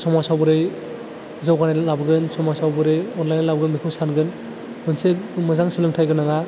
समाजाव बोरै जौगानाय लाबोगोन समाजाव बोरै अनलायना लाबोगोन बेखौ सानगोन मोनसे मोजां सोलोंथाइ गोनाङा